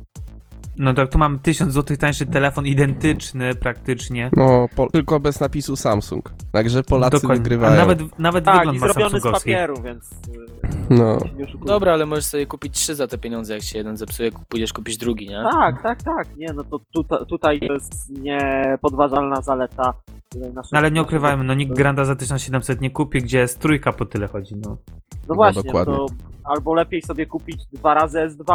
No tak, tu mam 1000 złotych tańszy telefon identyczny praktycznie. No, po- tylko bez napisu Samsung. Także Polacy Dokładnie. A wygrywają. nawet w- nawet Tak, i wygląd ma zrobiony z samsungowski. papieru, więc, yy, No. nie Dobra, oszukujmy. ale możesz sobie kupić trzy za te pieniądze, jak się jeden zepsuje, kup- pójdziesz kupić drugi, nie? Tak, tak, tak. Nie, no to tuta- tutaj to jest niepodważalna zaleta, tutaj nasz- No ale nie ukrywajmy, no nikt Granda za 1700 nie kupi, gdzie S trójka po tyle chodzi, no. No No właśnie, no to dokładnie. albo lepiej sobie kupić dwa razy S2,